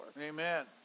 Amen